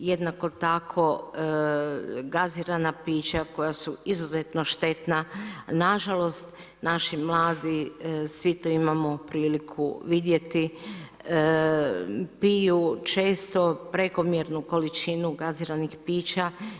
Jednako tako gazirana pića koja su izuzetno štetna nažalost naši mladi, svi to imamo priliku vidjeti, piju često prekomjernu količinu gaziranih pića.